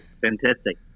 fantastic